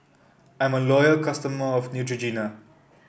I'm a loyal customer of Neutrogena